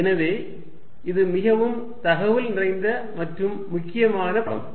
எனவே இது மிகவும் தகவல் நிறைந்த மற்றும் முக்கியமான பாடம்